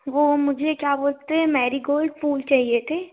वह मुझे क्या बोलते हैं मैरीगोल्ड फूल चहिए थे